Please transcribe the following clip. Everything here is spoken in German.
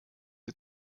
wir